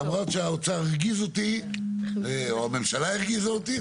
למרות שהאוצר הרגיז אותי, או הממשלה הרגיזה אותי,